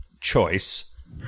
choice